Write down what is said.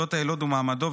זכויות היילוד ומעמדו,